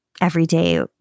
everyday